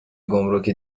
گمرک